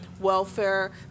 welfare